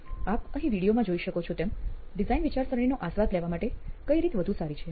આપ અહીં વિડીઓમાં જોઈ શકો છો તેમ ડિઝાઇન વિચારસરાણીનો આસ્વાદ લેવા માટે કઈ રીત વધુ સારી છે